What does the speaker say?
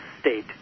state